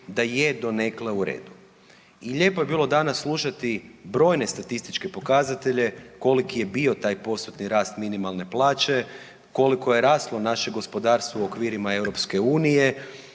da je donekle u redu. I lijepo je bilo danas slušati brojne statističke pokazatelje koliki je bio taj postotni rast minimalne plaće, koliko je raslo naše gospodarstvo u okvirima EU,